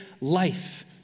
life